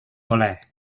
oleh